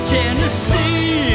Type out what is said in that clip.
Tennessee